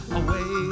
away